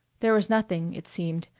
there was nothing, it seemed,